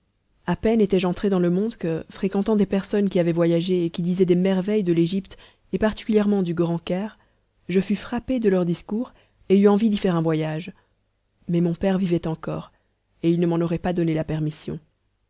à peine étais-je entré dans le monde que fréquentant des personnes qui avaient voyagé et qui disaient des merveilles de l'égypte et particulièrement du grand caire je fus frappé de leurs discours et eus envie d'y faire un voyage mais mon père vivait encore et il ne m'en aurait pas donné la permission